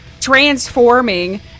transforming